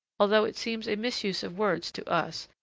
although it seems a misuse of words to us,